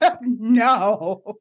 no